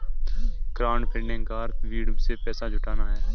crowdfunding का अर्थ भीड़ से पैसा जुटाना है